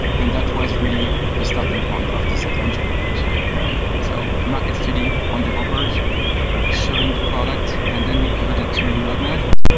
and that was really the starting point of this adventure actually. and so a market study on developers showing the product, and then we pivoted to log management.